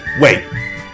wait